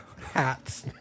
hats